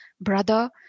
brother